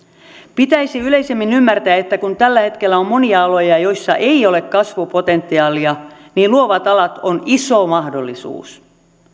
pitäisi yleisemmin ymmärtää että kun tällä hetkellä on monia aloja joilla ei ole kasvupotentiaalia niin luovat alat ovat iso mahdollisuus